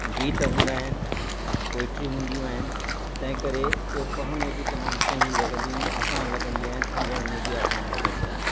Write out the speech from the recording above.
गीत हूंदा आहिनि पोएट्री हूंदियूं आहिनि तंहिं करे उहे पढ़ण में बि तमाम सुहिणी लॻंदियूं आहिनि आसान लॻंदियूं आहिनि सम्झण में बि आसान लॻंदियूं आहिनि